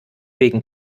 wegen